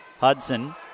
Hudson